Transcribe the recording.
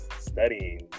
studying